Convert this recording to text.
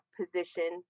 position